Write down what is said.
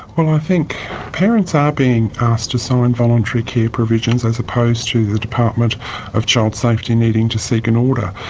well i think parents are being asked to sign so and voluntary care provisions as opposed to the department of child safety needing to seek an order.